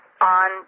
on